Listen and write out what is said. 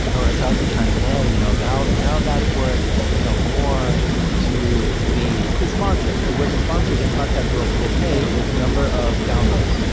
or a thousand times a day, you know now now that's worth you know more to the the sponsors, because what the sponsors in podcast world will pay is number of downloads.